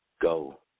go